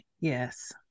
Yes